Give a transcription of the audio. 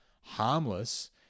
harmless